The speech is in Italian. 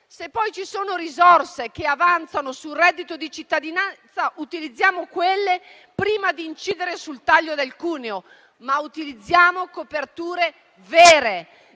Se poi ci sono risorse che avanzano sul reddito di cittadinanza, utilizziamo quelle prima di incidere sul taglio del cuneo, ma utilizziamo coperture vere